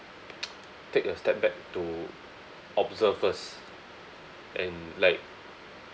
take a step back to observe first and like